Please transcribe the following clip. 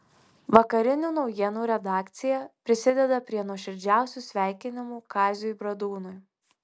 vakarinių naujienų redakcija prisideda prie nuoširdžiausių sveikinimų kaziui bradūnui